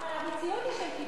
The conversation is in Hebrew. אבל המציאות היא של כיבוש.